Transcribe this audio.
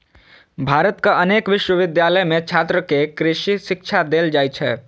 भारतक अनेक विश्वविद्यालय मे छात्र कें कृषि शिक्षा देल जाइ छै